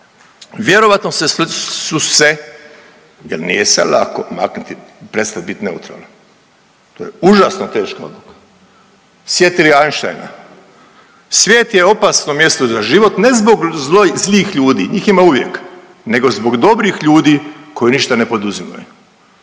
Vjerojatno su se, jer nije se lako maknuti, prestat bit neutralan, to je užasno teško, sjetili Einsteina, svijet je opasno mjesto za život ne zbog zlih ljudi njih ima uvijek nego zbog dobrih ljudi koji ništa ne poduzimaju.